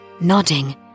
Nodding